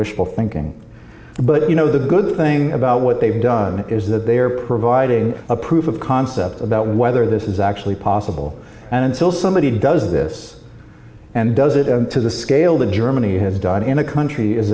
wishful thinking but you know the good thing about what they've done is that they are providing a proof of concept about whether this is actually possible and until somebody does this and does it to the scale that germany has done in a country as